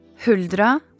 Huldra